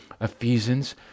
ephesians